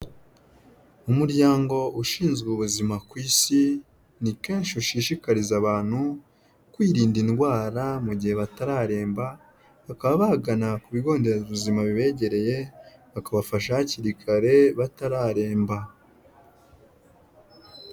Umuryango ushinzwe ubuzima ku isi, ni kenshi ushishikariza abantu kwirinda indwara mu gihe batararemba bakaba bagana ku bigo nderabuzima bibegereye, bakabafasha hakiri kare batararemba.